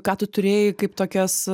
ką tu turėjai kaip tokias